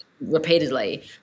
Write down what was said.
repeatedly